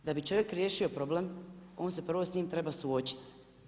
Da bi čovjek riješio problem, on se prvo s njim treba suočiti.